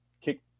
kick